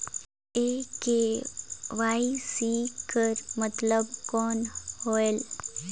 ये के.वाई.सी कर मतलब कौन होएल?